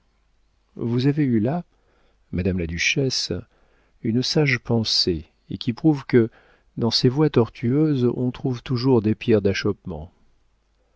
vous avez eu là madame la duchesse une sage pensée et qui prouve que dans ces voies tortueuses on trouve toujours des pierres d'achoppement